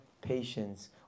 patience